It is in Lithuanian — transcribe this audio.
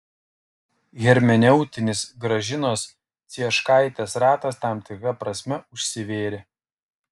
hermeneutinis gražinos cieškaitės ratas tam tikra prasme užsivėrė